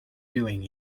doing